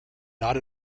not